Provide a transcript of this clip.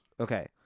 Okay